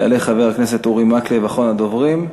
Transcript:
יעלה חבר הכנסת אורי מקלב, אחרון הדוברים.